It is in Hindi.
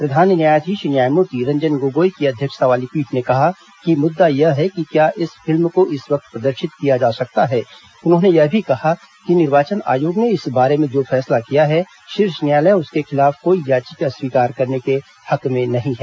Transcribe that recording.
प्रधान न्यायाधीश न्यायमूर्ति रंजन गोगोई की अध्यक्षता वाली पीठ ने कहा कि मुद्दा यह है कि क्या इस फिल्म को इस वक्त प्रदर्शित किया जा सकता है उन्होंने यह भी कहा कि निर्वाचन आयोग ने इस बारे में जो फैसला किया है शीर्ष न्यायालय उसके खिलाफ कोई याचिका स्वीकार करने के हक में नहीं है